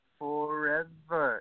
forever